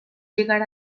llegar